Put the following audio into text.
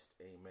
amen